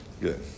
Good